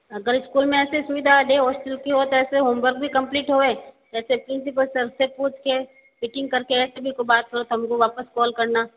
अगर स्कूल में ऐसी सुविधा है हॉस्टल की और ऐसे होमवर्क भी कंप्लीट होए जैसे प्रिन्सिपल सर से पूछके मीटिंग करके सभी को बात करके तो हमको वापस कॉल करना